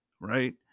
right